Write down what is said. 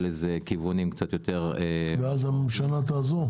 כיוונים קצת יותר --- ואז הממשלה תעזור?